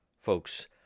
folks